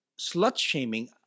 slut-shaming